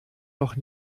doch